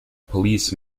police